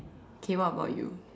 okay what about you